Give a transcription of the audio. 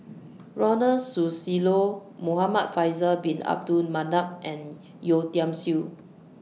Ronald Susilo Muhamad Faisal Bin Abdul Manap and Yeo Tiam Siew